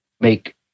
make